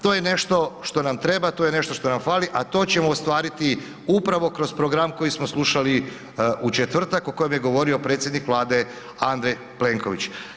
To je nešto što nam treba, to je nešto što nam fali, a to ćemo ostvariti upravo kroz program koji smo slušali u četvrtak o kojem je govori predsjednik Vlade Andrej Plenković.